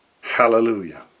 hallelujah